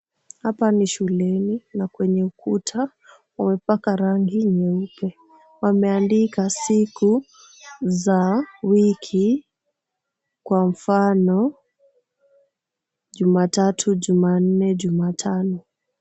Hapa ni shuleni na kwenye ukuta wamepaka rangi nyeupe. Wameandika siku za wiki kwa mfano Jumatatu, Jumanne, Jumatano.